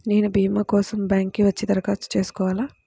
నేను భీమా కోసం బ్యాంక్కి వచ్చి దరఖాస్తు చేసుకోవాలా?